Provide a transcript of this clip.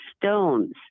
stones